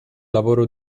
lavoro